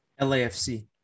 LAFC